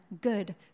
good